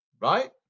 right